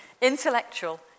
intellectual